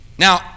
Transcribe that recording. Now